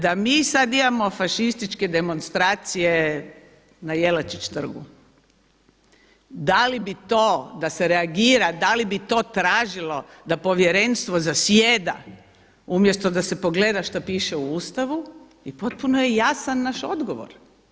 Da mi sad imamo fašističke demonstracije na Jelačić trgu Da li bi to, da se reagira, da li bi to tražio da povjerenstvo zasjeda umjesto da se pogleda šta piše u Ustavu i potpuno je jasan naš odgovor.